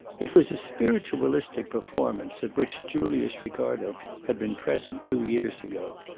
it was a spiritualistic performance at which julius ricardo had been present two years ago.